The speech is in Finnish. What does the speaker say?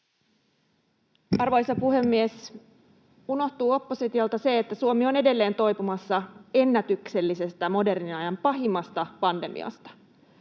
Arvoisa puhemies! Oppositiolta unohtuu se, että Suomi on edelleen toipumassa ennätyksellisestä, modernin ajan pahimmasta pandemiasta.